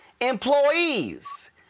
employees